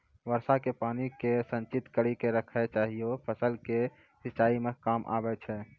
वर्षा के पानी के संचित कड़ी के रखना चाहियौ फ़सल के सिंचाई मे काम आबै छै?